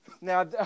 Now